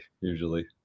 usually